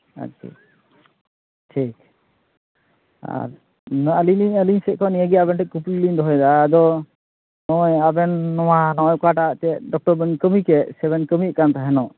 ᱟᱪᱪᱷᱟ ᱟᱪᱪᱷᱟ ᱴᱷᱤᱠ ᱟᱨ ᱟᱹᱞᱤᱧ ᱞᱤᱧ ᱟᱹᱞᱤᱧ ᱥᱮᱫ ᱠᱷᱚᱱ ᱱᱤᱭᱟᱹ ᱜᱮ ᱟᱵᱤᱱ ᱴᱷᱮᱱ ᱠᱩᱠᱞᱤ ᱞᱤᱧ ᱫᱚᱦᱚᱭᱮᱫᱟ ᱟᱫᱚ ᱦᱚᱸᱼᱚᱭ ᱟᱵᱮᱱ ᱱᱚᱣᱟ ᱚᱠᱚᱭ ᱚᱠᱟᱴᱟᱜ ᱪᱮᱫ ᱫᱚᱯᱛᱚᱨ ᱨᱮᱵᱮᱱ ᱠᱟᱹᱢᱤ ᱠᱮᱫ ᱥᱮ ᱠᱟᱹᱢᱤᱭᱮᱫ ᱠᱟᱱ ᱛᱟᱦᱮᱱᱚᱜ